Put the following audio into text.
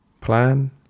Plan